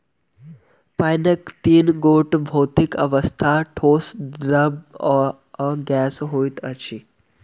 पाइनक तीन गोट भौतिक अवस्था, ठोस, द्रव्य आ गैस होइत अछि